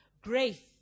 grace